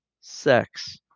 sex